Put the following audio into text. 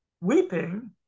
weeping